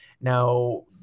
now